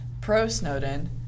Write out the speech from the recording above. pro-Snowden